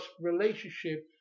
relationship